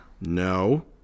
No